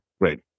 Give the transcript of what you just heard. Great